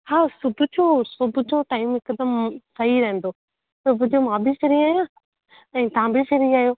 हा सुबुह जो सुबुह जो टाइम हिकुदमि सही रहंदो सुबुह जो मां बि फ्री आहियां ऐं तव्हां बि फ्री आहियो